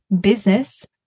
business